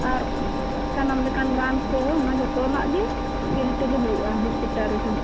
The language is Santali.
ᱟᱨ ᱥᱟᱱᱟᱢ ᱞᱮᱠᱟᱱ ᱨᱟᱱ ᱠᱚ ᱚᱱᱟ ᱡᱚᱛᱚᱱᱟᱜ ᱜᱮ ᱯᱷᱤᱨᱤ ᱛᱮᱜᱮ ᱦᱩᱭᱩᱜᱼᱟ ᱦᱳᱥᱯᱤᱴᱟᱞ ᱨᱮᱫᱚ